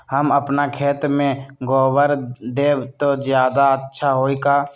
हम अपना खेत में गोबर देब त ज्यादा अच्छा होई का?